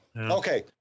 okay